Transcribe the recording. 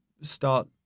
start